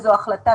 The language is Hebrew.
זו החלטה.